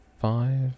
five